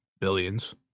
billions